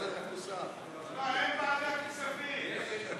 סעיפים 119 147 נתקבלו.